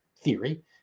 theory